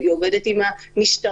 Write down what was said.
היא עובדת עם המשטרה,